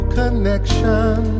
connection